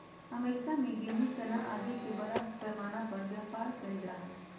America में गेहूँ, चना आदि के बड़ा पैमाना पर व्यापार कइल जा हलय